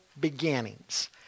beginnings